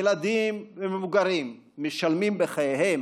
ילדים ומבוגרים, משלמים בחייהם